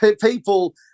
people